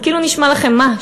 זה כאילו נשמע לכם: מה?